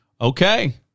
Okay